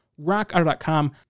Rockauto.com